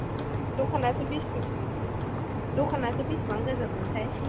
दखानासो बिसि दखानासो बिसिबां गोजानमोनथाय